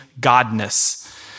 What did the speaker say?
Godness